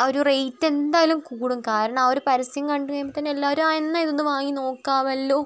ആ ഒരു റേറ്റ് എന്തായാലും കൂടും കാരണം ആ ഒരു പരസ്യം കണ്ടുകഴിയുമ്പോൾ തന്നെ എല്ലാവരും ആ എന്ന ഇതൊന്ന് വാങ്ങി നോക്കാമല്ലോ